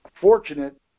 fortunate